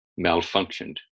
malfunctioned